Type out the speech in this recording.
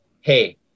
Hey